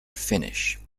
finish